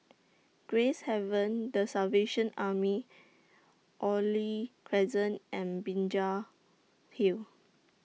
Gracehaven The Salvation Army Oriole Crescent and Binjai Hill